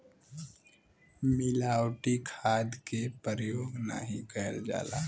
मिलावटी खाद के परयोग नाही कईल जाला